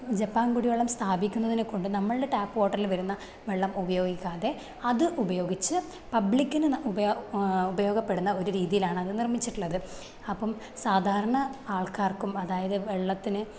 Japan കുടിവെള്ളം സ്ഥാപിക്കുന്നതിനെ കൊണ്ട് നമ്മളുടെ ടാപ്പ് വാട്ടറില് വരുന്ന വെള്ളം ഉപയോഗിക്കാതെ അത് ഉപയോഗിച്ച് പബ്ലിക്കിന് ഉപയോഗപ്പെടുന്ന ഒരു രീതിയിലാണ് അത് നിര്മ്മിച്ചിട്ടുള്ളത് അപ്പോൾ സാധാരണ ആള്ക്കാര്ക്കും വെള്ളത്തിന്